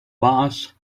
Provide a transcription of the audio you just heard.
boss